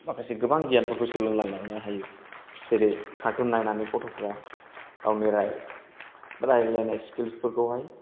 माखासे गोबां गियानफोरखौ सोलोंनानै लानो हायो जेरै कार्टुन नायनानै गथ'फोरा गावनो रायज्लायनाय स्किल्स फोरखौहाय